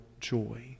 joy